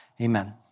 Amen